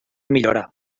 millora